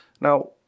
Now